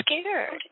scared